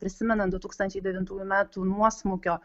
prisimenant du tūkstančiai devintųjų metų nuosmukio